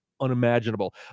Unimaginable